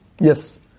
Yes